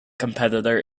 competitor